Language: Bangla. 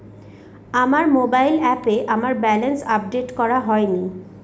আমার মোবাইল অ্যাপে আমার ব্যালেন্স আপডেট করা হয়নি